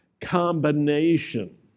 combination